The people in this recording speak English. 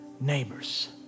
neighbors